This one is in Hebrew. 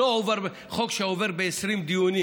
חוק שעובר ב-20 דיונים